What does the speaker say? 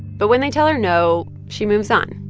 but when they tell her no, she moves on